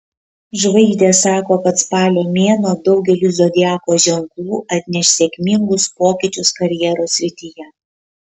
žvaigždės sako kad spalio mėnuo daugeliui zodiako ženklų atneš sėkmingus pokyčius karjeros srityje